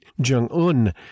Jong-un